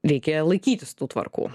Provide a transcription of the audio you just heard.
reikia laikytis tų tvarkų